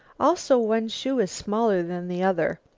also one shoe is smaller than the other.